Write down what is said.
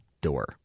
door